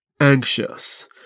anxious